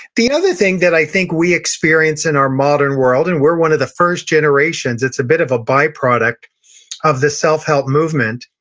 the other thing that i think we experience in our modern world, and we're one of the first generations. it's a bit of a by-product of the self-help movement,